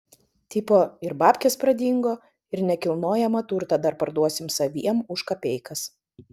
tipo ir babkės pradingo ir nekilnojamą turtą dar parduosim saviem už kapeikas